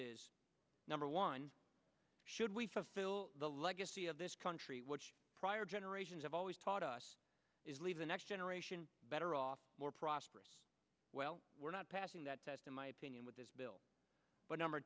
is number one should we fulfill the legacy of this country which prior generations have always taught us is leave the next generation better off more prosperous well we're not passing that test in my opinion with this bill but number